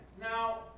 Now